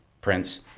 prince